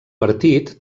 partit